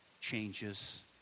changes